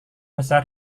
besar